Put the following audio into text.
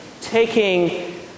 taking